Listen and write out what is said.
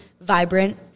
vibrant